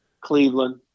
Cleveland